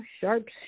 sharp